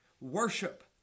worship